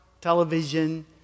television